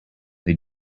they